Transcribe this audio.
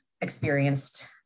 experienced